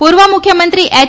પૂર્વ મુખ્યમંત્રી એય